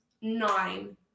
nine